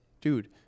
Dude